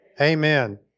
Amen